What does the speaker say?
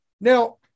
now